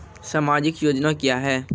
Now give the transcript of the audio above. समाजिक योजना क्या हैं?